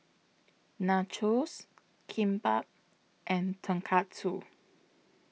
Nachos Kimbap and Tonkatsu